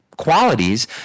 qualities